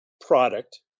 product